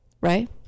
right